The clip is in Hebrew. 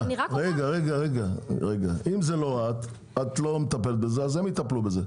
אם זה לא את, אם את לא מטפלת בזה אז הם יטפלו בזה.